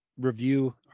review